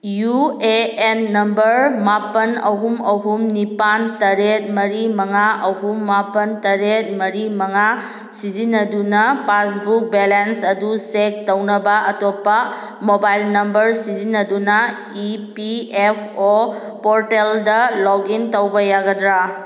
U A N number ꯃꯥꯄꯜ ꯑꯍꯨꯝ ꯑꯍꯨꯝ ꯅꯤꯄꯥꯜ ꯇꯔꯦꯠ ꯃꯔꯤ ꯃꯉꯥ ꯑꯍꯨꯝ ꯃꯥꯄꯜ ꯇꯔꯦꯠ ꯃꯔꯤ ꯃꯉꯥ ꯁꯤꯖꯤꯟꯅꯗꯨꯅ ꯄꯥꯁꯕꯨꯛ ꯕꯦꯂꯦꯟꯁ ꯑꯗꯨ ꯆꯦꯛ ꯇꯧꯅꯕ ꯑꯇꯣꯞꯄꯥ ꯃꯣꯕꯥꯏꯜ ꯅꯝꯕꯔ ꯁꯤꯖꯤꯟꯅꯗꯨꯅ ꯏ ꯄꯤ ꯑꯦꯐ ꯑꯣ ꯄꯣꯔꯇꯦꯜꯗ ꯂꯣꯛꯏꯟ ꯇꯧꯕ ꯌꯥꯒꯗ꯭ꯔꯥ